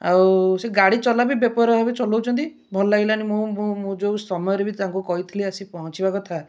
ଆଉ ସେ ଗାଡ଼ି ଚଲାବି ବେପରୁଆ ଭାବେ ଚଲଉଛନ୍ତି ଭଲ ଲାଗିଲାନି ମୁଁ ଯେଉଁ ସମୟରେ ବି ତାଙ୍କୁ କହିଥିଲି ଆସି ପହଞ୍ଚିବା କଥା